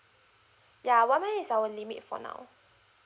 ya one month is our limit for now